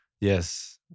Yes